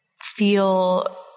feel